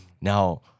Now